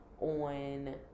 on